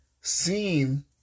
seen